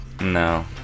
No